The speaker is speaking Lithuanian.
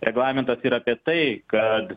reglamentas yra apie tai kad